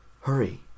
hurry